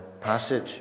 passage